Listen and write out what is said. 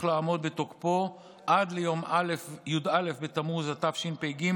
לעמוד בתוקפו עד ליום י"א בתמוז התשפ"ג,